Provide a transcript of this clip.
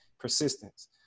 persistence